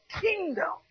kingdom